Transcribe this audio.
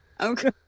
Okay